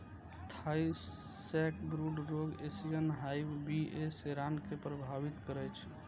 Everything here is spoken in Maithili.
थाई सैकब्रूड रोग एशियन हाइव बी.ए सेराना कें प्रभावित करै छै